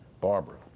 Barbara